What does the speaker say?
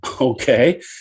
Okay